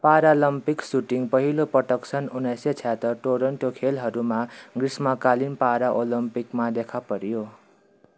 para Olympic shooting पहिलो पटक सन् उन्नाइस सय छयहत्तर टोरन्टो खेलहरूमा ग्रीष्म कालीन पाराओलम्पिकमा देखा पर्यो